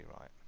right